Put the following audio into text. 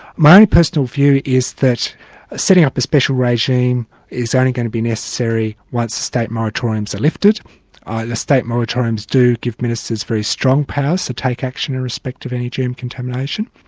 my own personal view is that setting up a special regime is only going to be necessary once state moratoriums are lifted state moratoriums do give ministers very strong powers to take action in respect of any gm contamination,